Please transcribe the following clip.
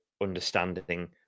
understanding